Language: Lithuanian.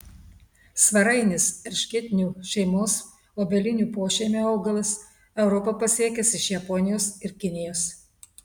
svarainis erškėtinių šeimos obelinių pošeimio augalas europą pasiekęs iš japonijos ir kinijos